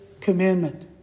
commandment